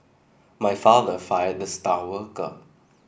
my father fired the star worker